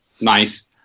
nice